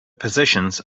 possessions